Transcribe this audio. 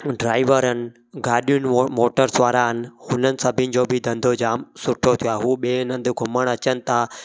driver आहिनि गाॾियुनि वो मोटर्स वारा आहिनि हुननि सभिनि जो बि धंधो जामु सुठो थियो आहे हू ॿियनि हंधु घुमण अचनि था